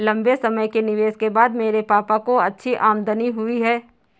लंबे समय के निवेश के बाद मेरे पापा को अच्छी आमदनी हुई है